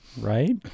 right